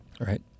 right